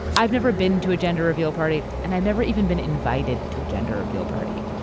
i've never been to a gender reveal party and i've never even been invited to a gender of your party.